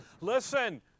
Listen